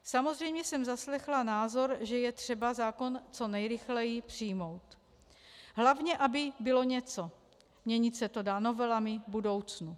Samozřejmě jsem zaslechla názor, že je třeba zákon co nejrychleji přijmout, hlavně aby bylo něco, měnit se to dá novelami v budoucnu.